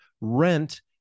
Rent